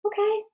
Okay